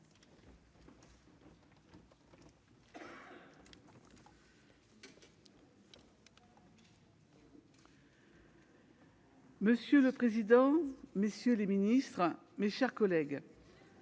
Monsieur le président, messieurs les ministres, mes chers collègues,